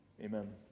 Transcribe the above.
Amen